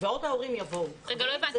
ועליהם עוד יבואו ההורים.